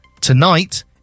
Tonight